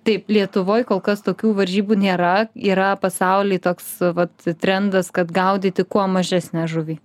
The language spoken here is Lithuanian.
taip lietuvoj kol kas tokių varžybų nėra yra pasauly toks vat trendas kad gaudyti kuo mažesnę žuvį